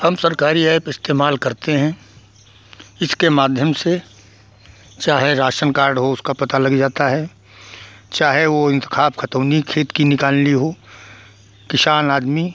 हम सरकारी एप इस्तेमाल करते हैं इसके माध्यम से चाहे राशन कार्ड हो उसका पता लग जाता है चाहे वह इन्तख़ाब ख़तौनी खेत की निकालनी हो किसान आदमी